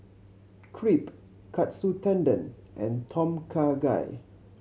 Crepe Katsu Tendon and Tom Kha Gai